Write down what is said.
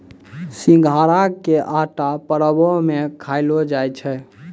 सिघाड़ा के आटा परवो मे खयलो जाय छै